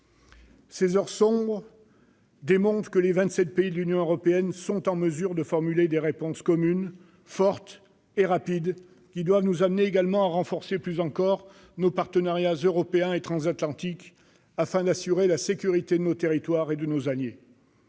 Ces heures sombres démontrent que les vingt-sept pays de l'Union européenne sont en mesure de formuler des réponses communes, fortes et rapides, qui doivent nous amener également à renforcer plus encore nos partenariats européens et transatlantiques afin d'assurer la sécurité de nos territoires et de nos alliés.